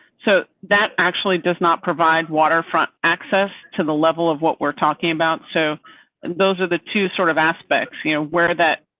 so that actually does not provide waterfront access to the level of what we're talking about. so those are the two sort of aspects you know where that